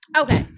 Okay